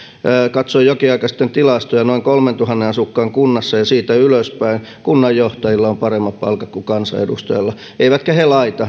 katsoin jokin aika sitten tilastoja noin kolmeentuhanteen asukkaan kunnassa ja siitä ylöspäin kunnanjohtajilla on paremmat palkat kuin kansanedustajilla eivätkä he laita